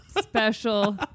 special